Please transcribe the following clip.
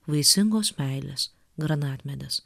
vaisingos meilės granatmedis